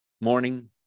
Morning